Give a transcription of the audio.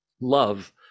love